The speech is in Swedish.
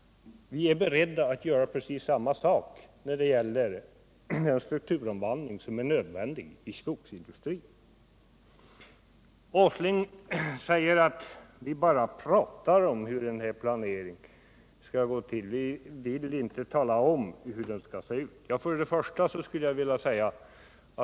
Vi är beredda att göra precis detsamma när det gäller den strukturomvandling som nu är nödvändig i skogsindustrin. Nils Åsling säger att vi bara pratar om hur denna planering skall gå till — vi vill inte tala om hur den skall se ut.